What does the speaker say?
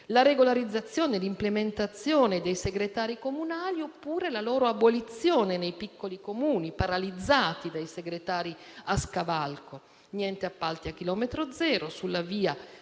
la regolarizzazione e l'implementazione dei segretari comunali oppure la loro abolizione nei piccoli Comuni, paralizzati dai segretari a scavalco. Invece, niente appalti a chilometri zero; sulla VIA